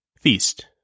Feast